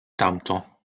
tamto